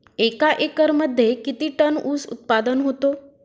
एका एकरमध्ये किती टन ऊस उत्पादन होतो?